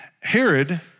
Herod